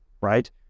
right